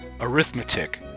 arithmetic